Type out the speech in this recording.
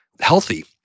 healthy